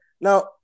Now